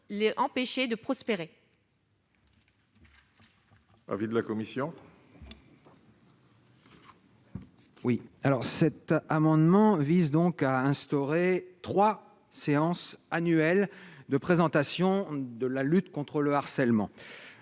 l'empêcher de prospérer.